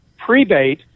prebate